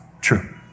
true